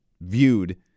viewed